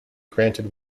granted